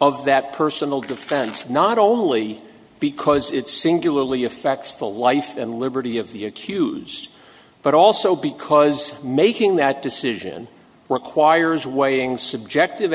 of that personal defense not only because it singularly affects the life and liberty of the accused but also because making that decision requires weighing subjective